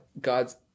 God's